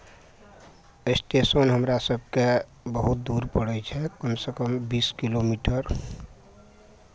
station हमरा सभकेँ बहुत दूर पड़ै छै कमसँ कम बीस किलोमीटर